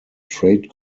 trade